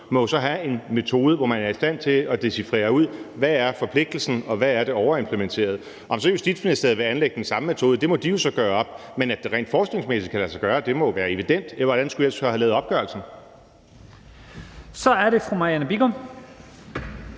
så må have en metode, som gør, at man er i stand til at dechifrere ud, hvad forpligtelsen er, og hvad det overimplementerede er. Om så Justitsministeriet vil anlægge den samme metode, må de jo så gøre op, men at det rent forskningsmæssigt kan lade sig gøre, må jo være evident. Hvordan skulle de så ellers have lavet opgørelsen? Kl. 11:41 Første